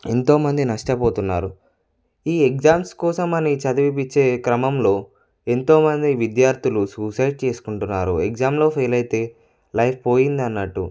ఎంతోమంది నష్టపోతున్నారు ఈ ఎగ్జామ్స్ కోసం అని చదువుపిచ్చే క్రమంలో ఎంతోమంది విద్యార్థులు సూసైడ్ చేసుకుంటున్నారు ఎగ్జామ్లో ఫెయిల్ అయితే లైఫ్ పోయింది అన్నట్టు